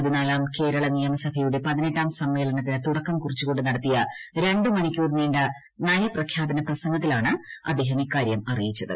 പതിനാലാം കേരള നിയമസഭയുടെ പതിനെട്ടാം സമ്മേളനത്തിനു തുടക്കം കുറിച്ചുകൊണ്ടു നടത്തിയ രണ്ടു മണിക്കൂർ നീണ്ട നയപ്രഖ്യാപന പ്രസംഗത്തിലാണ് അദ്ദേഹം ഇക്കാര്യം അറിയിച്ചത്